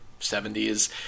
70s